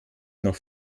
noch